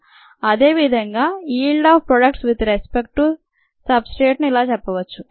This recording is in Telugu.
YxSamountofcellsproducedamountofsubstrateconsumed అదేవిధంగా yield of product with respect to సబ్స్ట్రేట్ను ఇలా చెప్పవచ్చు